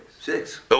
Six